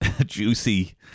juicy